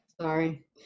Sorry